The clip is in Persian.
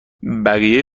بقیه